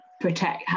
protect